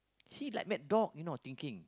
see like mad dog you know thinking